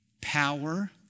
power